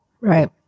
Right